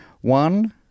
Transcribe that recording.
one